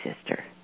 sister